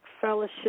fellowship